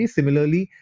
Similarly